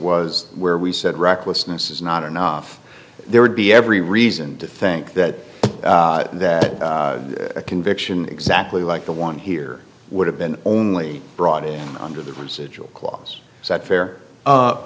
was where we said recklessness is not enough there would be every reason to think that a conviction exactly like the one here would have been only brought in under the procedural clause is that fair